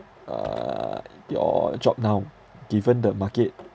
uh your job now given the market